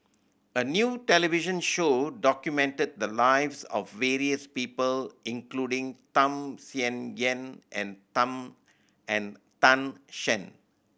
a new television show documented the lives of various people including Tham Sien Yen and Tan and Tan Shen